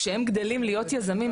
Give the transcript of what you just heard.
כשהם גדלים להיות יזמים,